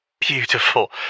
beautiful